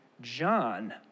John